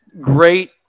great